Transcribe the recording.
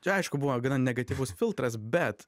čia aišku buvo gana negatyvus filtras bet